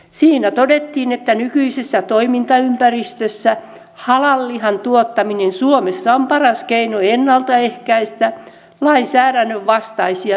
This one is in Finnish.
siinä todettiin että nykyisessä toimintaympäristössä halal lihan tuottaminen suomessa on paras keino ennalta ehkäistä lainsäädännön vastaisia teurastusmenettelyitä